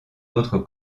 d’autres